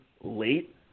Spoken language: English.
late